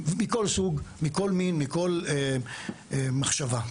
מכל סוג, מכול מין, מכול מחשבה.